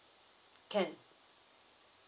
can